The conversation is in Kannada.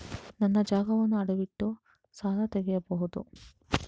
ನನ್ನ ಜಾಗವನ್ನು ಅಡವಿಟ್ಟು ಸಾಲ ತೆಗೆಯಬಹುದ?